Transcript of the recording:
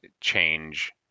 change